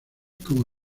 como